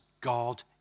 God